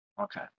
Okay